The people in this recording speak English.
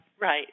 Right